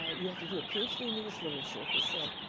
ah you have to do a ph d. in english literature. he said,